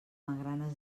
magranes